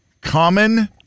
common